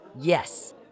Yes